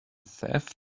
theft